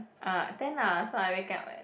ah ten ah so I wake up at